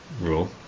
rule